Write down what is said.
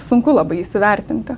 sunku labai įsivertinti